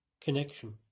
connection